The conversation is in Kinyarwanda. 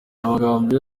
amagambo